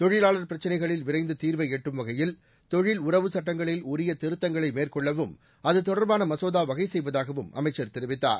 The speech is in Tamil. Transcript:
தொழிலாளர் பிரச்சினைகளில் விரைந்து தீர்வை எட்டும் வகையில் தொழில் உறவு சட்டங்களில் உரிய திருத்தங்களை மேற்கொள்ளவும் அது தொடர்பான மசோதா வகை செய்வதாகவும் அமைச்சர் தெரிவித்தார்